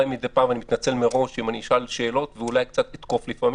אני מתנצל מראש אם מדי פעם אני אשאל שאלות ואולי קצת אתקוף לפעמים.